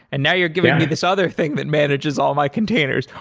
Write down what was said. and now you're giving me this other thing that manages all my containers.